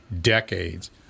decades